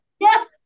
Yes